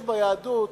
יש ביהדות: